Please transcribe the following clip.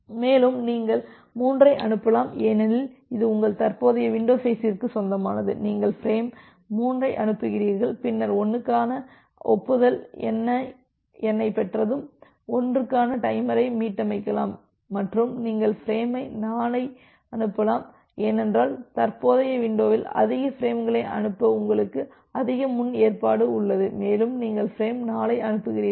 மேலும் நீங்கள் 3ஐ அனுப்பலாம் ஏனெனில் இது உங்கள் தற்போதைய வின்டோ சைஸ்க்கு சொந்தமானது நீங்கள் பிரேம் 3ஐ அனுப்புகிறீர்கள் பின்னர் 1 க்கான ஒப்புதல் எண்ணைப் பெற்றதும் 1 க்கான டைமரை மீட்டமைக்கலாம் மற்றும் நீங்கள் ஃபிரேம் 4ஐ அனுப்பலாம் ஏனென்றால் தற்போதைய விண்டோவில் அதிக பிரேம்களை அனுப்ப உங்களுக்கு அதிக முன் ஏற்பாடு உள்ளது மேலும் நீங்கள் ஃபிரேம் 4ஐ அனுப்புகிறீர்கள்